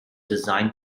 design